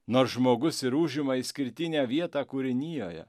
nors žmogus ir užima išskirtinę vietą kūrinijoje